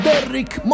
Derrick